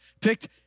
picked